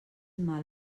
mal